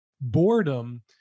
boredom